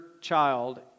child